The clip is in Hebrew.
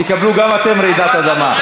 תקבלו גם אתם רעידת אדמה.